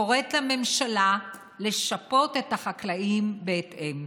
אני קוראת לממשלה לשפות את החקלאים בהתאם.